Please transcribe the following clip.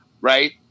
right